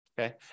Okay